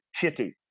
shitty